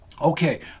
Okay